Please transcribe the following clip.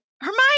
hermione